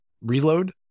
reload